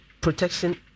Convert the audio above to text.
protection